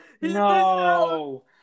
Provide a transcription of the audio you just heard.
No